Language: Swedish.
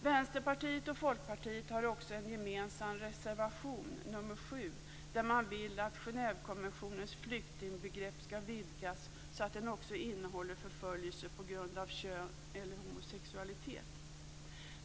Vänsterpartiet och Folkpartiet har också en gemensam reservation, nr 7, och vill att Genèvekonventionens flyktingbegrepp skall vidgas så att den också innehåller förföljelser på grund av kön eller homosexualitet.